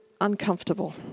uncomfortable